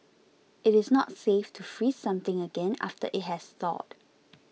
it is not safe to freeze something again after it has thawed